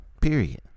period